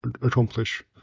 accomplish